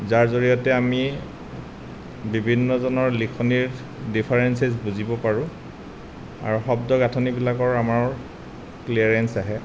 যাৰ জৰিয়তে আমি বিভিন্নজনৰ লিখনিৰ ডিফাৰেন্সেছ বুজিব পাৰোঁ আৰু শব্দ গাঁথনিবিলাকৰ আমাৰ ক্লীয়াৰেন্স আহে